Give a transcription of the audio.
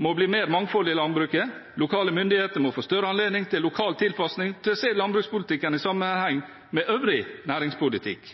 må bli mer mangfold i landbruket. Lokale myndigheter må få større anledning til lokal tilpasning og til å se landbrukspolitikken i sammenheng med øvrig næringspolitikk.